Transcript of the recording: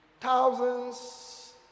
thousands